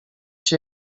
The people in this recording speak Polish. się